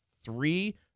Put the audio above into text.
three